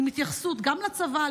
עם התייחסות גם לצבא,